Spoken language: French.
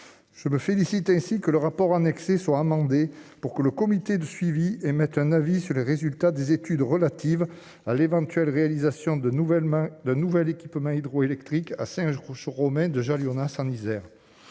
je me félicite ainsi que le rapport annexé soit amendé pour que le comité de suivi émettre un avis sur les résultats des études relatives à l'éventuelle réalisation de nouvelle main d'un nouvel équipement hydroélectrique à singe crois Romain de